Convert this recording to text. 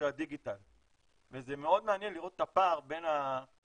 הדיגיטל וזה מאוד מעניין לראות את הפער בין הקדמה